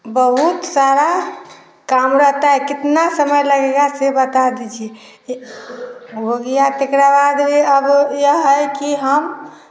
बहुत सारा काम रहता है कितना समय लगेगा सिर्फ़ बता दीजिए हो गया अब यह है कि हम